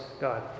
God